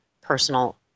personal